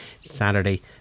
Saturday